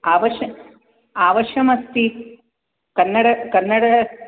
अवश्य अवश्यमस्ति कन्नड कन्नड